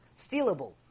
stealable